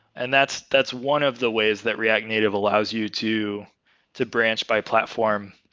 and that's that's one of the ways that react native allows you to to branch by platform,